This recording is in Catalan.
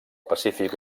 pacífic